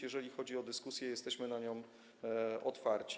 Jeżeli chodzi o dyskusję, to jesteśmy na nią otwarci.